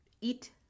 eat